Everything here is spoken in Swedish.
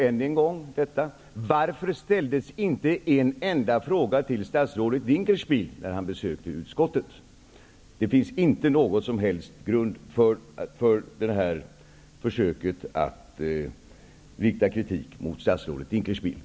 Än en gång: Varför ställdes inte en enda fråga till statsrådet Dinkelspiel när han besökte utskottet? Det finns inte någon som helst grund för försöket att rikta kritik mot statsrådet Dinkelspiel.